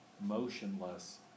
motionless